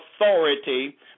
authority